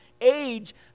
age